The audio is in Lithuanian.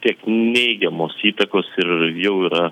tiek neigiamos įtakos ir jau yra